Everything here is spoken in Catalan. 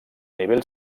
nivell